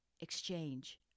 exchange